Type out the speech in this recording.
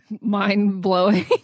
mind-blowing